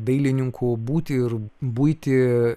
dailininkų būtį ir buitį